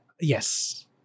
Yes